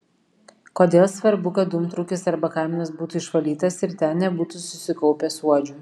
kodėl svarbu kad dūmtraukis arba kaminas būtų išvalytas ir ten nebūtų susikaupę suodžių